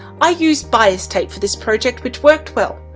i used bias tape for this project which worked well.